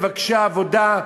מבקשי עבודה,